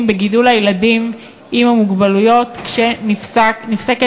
בגידול הילדים עם המוגבלויות כשנפסקת